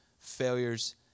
failures